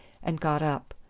and got up.